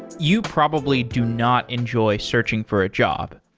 you probably do not enjoy searching for a job.